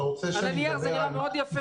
על הנייר זה נראה מאוד יפה.